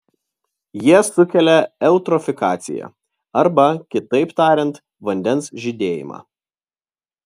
jie sukelia eutrofikaciją arba kitaip tariant vandens žydėjimą